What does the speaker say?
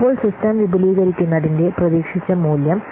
ഇപ്പോൾ സിസ്റ്റം വിപുലീകരിക്കുന്നതിന്റെ പ്രതീക്ഷിച്ച മൂല്യം